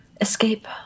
escape